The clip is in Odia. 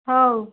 ହଉ